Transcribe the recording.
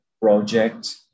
project